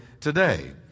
today